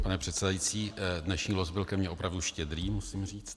Pane předsedající dnešní los byl ke mně opravdu štědrý, musím říct.